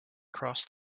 crossed